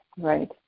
right